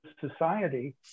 society